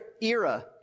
era